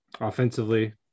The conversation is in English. offensively